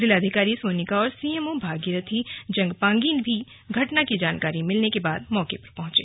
जिलाधिकारी सोनिका और सीएमओ भागीरथी जंगपांगी भी घटना की जानकारी मिलने के बाद मौके पर पहुंचे